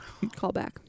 Callback